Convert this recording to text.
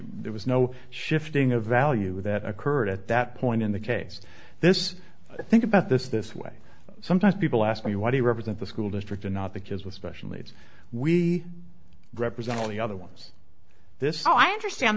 there was no shifting of value that occurred at that point in the case this think about this this way sometimes people ask me why do you represent the school district and not the kids with special needs we represent all the other ones this so i understand